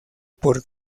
por